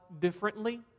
differently